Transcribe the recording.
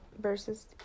versus